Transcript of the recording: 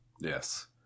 yes